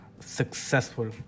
successful